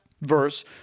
verse